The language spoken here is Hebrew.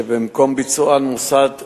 שמקום ביצוען מוסד דת,